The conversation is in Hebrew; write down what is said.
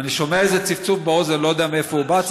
אני שומע איזה צפצוף באוזן, לא יודע מאיפה הוא בא.